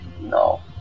no